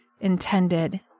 intended